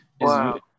Wow